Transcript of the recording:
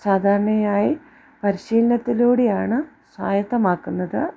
സാധാരണയായി പരിശീലനത്തിലൂടെയാണ് സ്വായക്തമാക്കുന്നത്